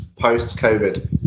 post-Covid